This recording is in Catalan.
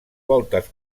voltes